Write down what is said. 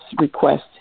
request